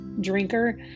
drinker